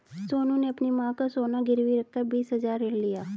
सोनू ने अपनी मां का सोना गिरवी रखकर बीस हजार ऋण लिया